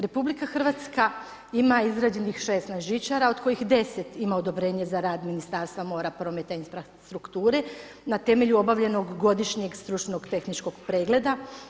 RH ima izrađenih 16 žičara od kojih 10 ima odobrenje Ministarstva mora, prometa i infrastrukture na temelju obavljenog godišnje stručnog-tehničkog pregleda.